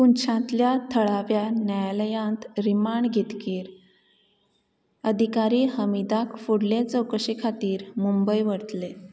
पुंछांतल्या थळाव्या न्यायालयांत रिमांड घेतकीर अधिकारी हमीदाक फुडले चवकशे खातीर मुंबय व्हरतले